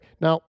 Now